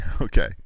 Okay